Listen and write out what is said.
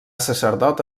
sacerdot